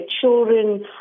children